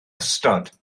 ystod